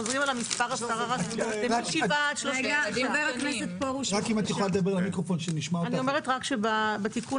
חוזרים על המספר 10. אני אומרת רק שבתיקון